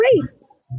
race